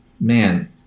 man